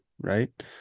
right